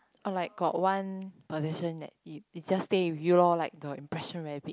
or like got one position that you it just stay with you loh like the impression very big